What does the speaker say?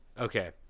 Okay